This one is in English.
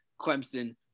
Clemson